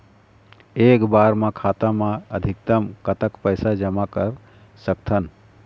एक बार मा खाता मा अधिकतम कतक पैसा जमा कर सकथन?